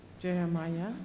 Jeremiah